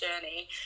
journey